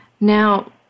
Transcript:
now